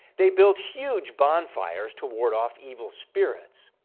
they built huge bonfires to ward off evil spirits.